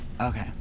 okay